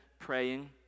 praying